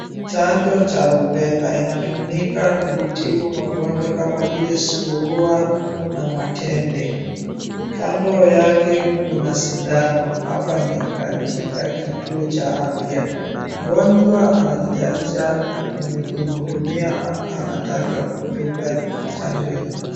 Chanjo cha Rubela, inatumika kutibu magonjwa kama vile surua na matende. Kando yake kuna sindano. Hapa ni katika kituo cha afya. Mgonjwa anajitayarisha mwenye kumhudumia anataka kumdunga chanjo hii.